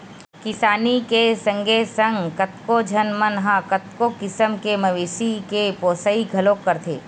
किसानी के संगे संग कतको झन मन ह कतको किसम के मवेशी के पोसई घलोक करथे